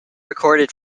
recorded